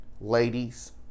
ladies